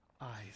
eyes